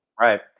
Right